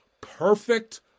perfect